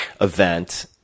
event